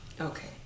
Okay